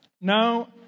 Now